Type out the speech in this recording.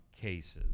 cases